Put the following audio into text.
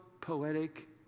poetic